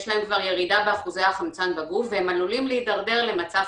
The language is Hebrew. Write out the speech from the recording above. יש להם כבר ירידה באחוזי החמצן בגוף והם עלולים להידרדר למצב